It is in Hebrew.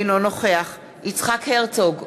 אינו נוכח יצחק הרצוג,